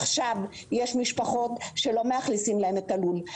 עכשיו יש משפחות שלא מאכלסים להן את הלול.